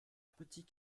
petit